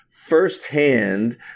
firsthand